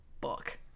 book